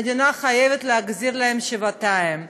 המדינה חייבת להחזיר להם שבעתיים,